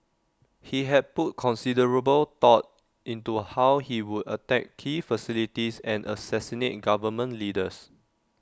he had put considerable thought into how he would attack key facilities and assassinate in government leaders